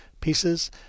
pieces